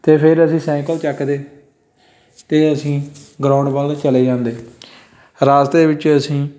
ਅਤੇ ਫੇਰ ਅਸੀਂ ਸਾਈਕਲ ਚੱਕਦੇ ਅਤੇ ਅਸੀਂ ਗਰਾਊਂਡ ਵੱਲ ਚਲੇ ਜਾਂਦੇ ਰਸਤੇ ਵਿੱਚ ਅਸੀਂ